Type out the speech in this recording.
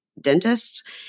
dentist